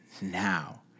Now